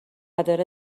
داره